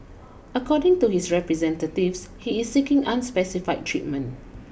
according to his representatives he is seeking unspecified treatment